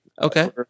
Okay